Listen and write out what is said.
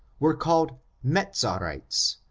were called mezarites,